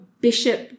bishop